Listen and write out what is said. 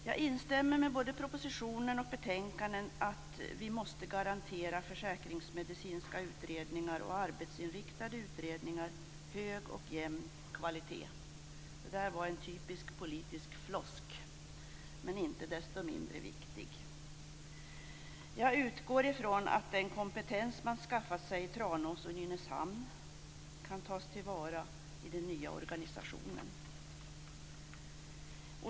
Jag instämmer med både propositionen och betänkandet i att vi måste garantera försäkringsmedicinska utredningar och arbetsinriktade utredningar hög och jämn kvalitet. Det där var en typisk politisk floskel, men inte desto mindre viktig. Jag utgår från att den kompetens man skaffat sig i Tranås och Nynäshamn kan tas till vara i den nya organisationen.